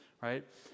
right